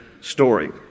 story